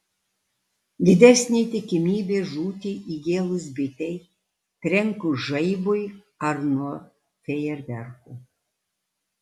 didesnė tikimybė žūti įgėlus bitei trenkus žaibui ar nuo fejerverkų